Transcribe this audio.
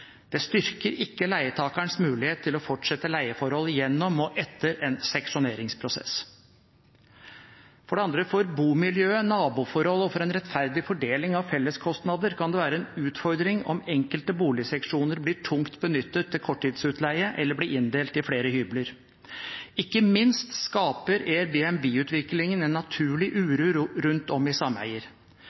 Det styrker ikke leietakerens mulighet til å fortsette leieforholdet gjennom og etter en seksjoneringsprosess. For bomiljøet, naboforholdet og en rettferdig fordeling av felleskostnader kan det være en utfordring om enkelte boligseksjoner blir tungt benyttet til korttidsutleie eller blir inndelt i flere hybler. lkke minst skaper Airbnb-utviklingen en naturlig uro rundt om i sameier.